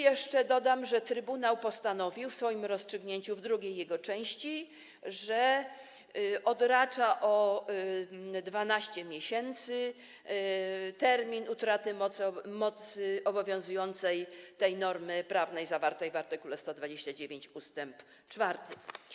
Jeszcze dodam, że trybunał postanowił w swoim rozstrzygnięciu, w drugiej jego części, że odracza o 12 miesięcy termin utraty mocy obowiązującej tej normy prawnej zawartej w art. 129 ust. 4.